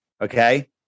okay